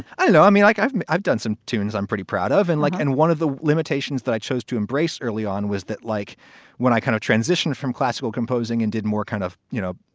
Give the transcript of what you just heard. i know. i mean, like, i've i've done some tunes i'm pretty proud of and like. and one of the limitations that i chose to embrace early on was that like when i kind of transitioned from classical composing and did more kind of, you know,